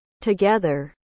together